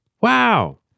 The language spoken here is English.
Wow